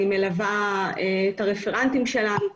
אני מלווה את הרפרנטים שלנו.